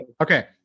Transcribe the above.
Okay